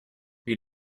wie